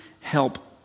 help